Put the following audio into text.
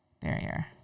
barrier